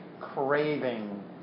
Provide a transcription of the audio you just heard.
craving